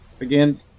again